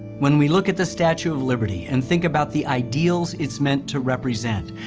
when we look at the statue of liberty and think about the ideals it's meant to represent,